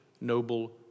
noble